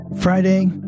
Friday